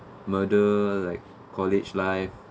murder like college life